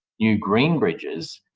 new green bridges,